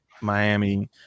miami